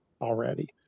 already